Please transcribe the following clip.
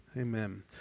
Amen